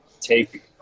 take